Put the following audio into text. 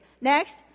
Next